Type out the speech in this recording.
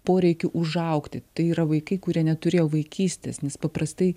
poreikiu užaugti tai yra vaikai kurie neturėjo vaikystės nes paprastai